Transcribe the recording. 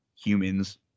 humans